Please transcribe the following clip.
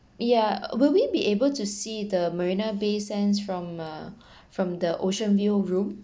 yeah will we be able to see the marina bay sands from uh from the ocean view room